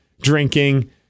drinking